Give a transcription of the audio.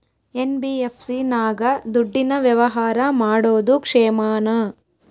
NBFC ನಾಗ ದುಡ್ಡಿನ ವ್ಯವಹಾರ ಮಾಡೋದು ಕ್ಷೇಮಾನ?